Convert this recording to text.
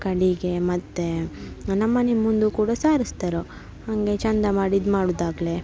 ಕಡೆಗೆ ಮತ್ತು ನಮ್ಮ ಮನೆ ಮುಂದೆ ಕೂಡ ಸಾರಸ್ತಾರು ಹಾಗೆ ಚಂದ ಮಾಡಿ ಇದು ಮಾಡುದಾಗ್ಲಿ